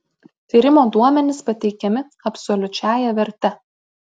tyrimo duomenys pateikiami absoliučiąja verte